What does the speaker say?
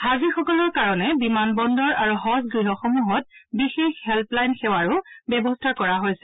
হাজীসকলৰ কাৰণে বিমানবন্দ আৰু হজ গ্হসমূহত বিশেষ হেঙ্গলাইন সেৱাৰ ব্যৱস্থা কৰিছে